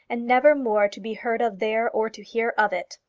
and never more to be heard of there or to hear of it.